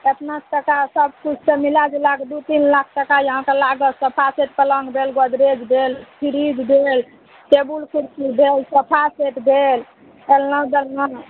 एतना टका सबकिछु तऽ मिलै जुलैके दुइ तीन लाख टका अहाँकेँ लागत सोफा सेट पलङ्ग भेल गोदरेज भेल फ्रिज भेल टेबुल कुरसी भेल सोफा सेट भेल अलना जलना